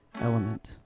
element